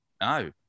No